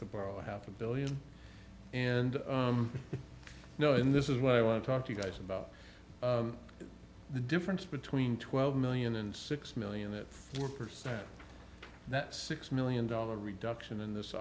to borrow half a billion and you know in this is what i want to talk to you guys about the difference between twelve million and six million that four percent that six million dollar reduction in this